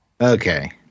Okay